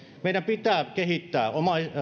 meidän pitää kehittää